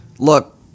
Look